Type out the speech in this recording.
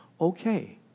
Okay